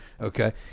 okay